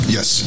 Yes